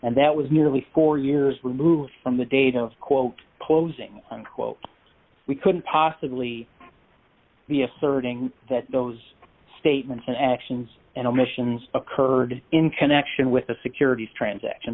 and that was nearly four years removed from the date of quote closing unquote we couldn't possibly be asserting that those statements and actions and omissions occurred in connection with the securities transaction